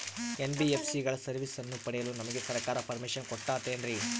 NBSC ಗಳ ಸರ್ವಿಸನ್ನ ಪಡಿಯಲು ನಮಗೆ ಸರ್ಕಾರ ಪರ್ಮಿಷನ್ ಕೊಡ್ತಾತೇನ್ರೀ?